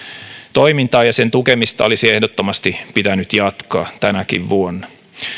toimintaa ja sen tukemista olisi ehdottomasti pitänyt jatkaa tänäkin vuonna